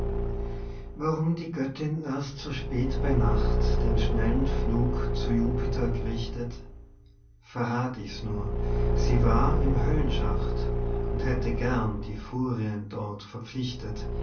warum die göttin erst so spät bei nacht den schnellen flug zu jupiter gerichtet verrath ich's nur sie war im höllenschacht und hätte gern die furien dort verpflichtet